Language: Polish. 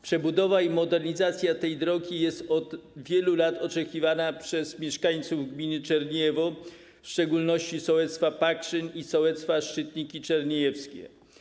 Przebudowa i modernizacja tej drogi jest od wielu lat oczekiwana przez mieszkańców gminy Czerniejewo, w szczególności sołectwa Pakszyn i sołectwa Szczytniki Czerniejewskie.